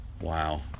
Wow